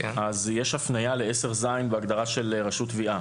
יש הפניה ל-10ז בהגדרה של רשות תביעה.